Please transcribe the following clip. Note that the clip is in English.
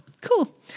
cool